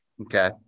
Okay